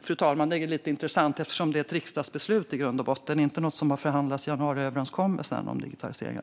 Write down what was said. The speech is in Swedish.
Fru talman! Detta är lite intressant, eftersom det är ett riksdagsbeslut i grund och botten och inte något som har förhandlats i januariöverenskommelsen om digitaliseringen.